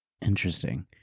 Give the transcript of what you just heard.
Interesting